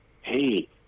hey